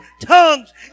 tongues